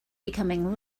becoming